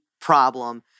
problem